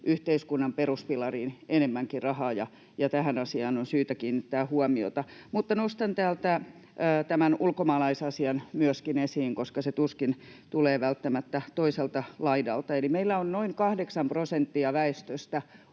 yhteiskunnan peruspilariin enemmänkin rahaa, ja tähän asiaan on syytä kiinnittää huomiota. Mutta nostan täältä tämän ulkomaalaisasian myöskin esiin, koska se tuskin tulee välttämättä toiselta laidalta. Eli meillä on noin 8 prosenttia väestöstä